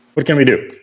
what can we do?